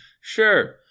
Sure